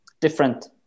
different